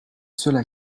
cela